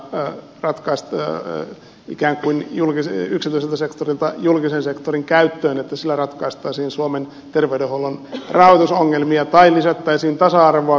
näin ratkaistua mikä sv korvauksia yksityiseltä sektorilta julkisen sektorin käyttöön ratkaistaisiin suomen terveydenhuollon rahoitusongelmia tai lisättäisiin tasa arvoakaan